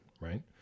right